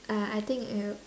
uh I think it